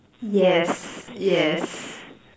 yes yes